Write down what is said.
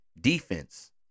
defense